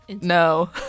no